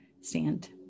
stand